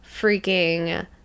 freaking